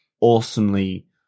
awesomely